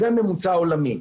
זה הממוצע העולמי.